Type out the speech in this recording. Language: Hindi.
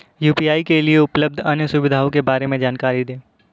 यू.पी.आई के लिए उपलब्ध अन्य सुविधाओं के बारे में जानकारी दें?